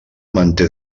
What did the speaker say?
manté